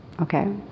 okay